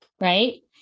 right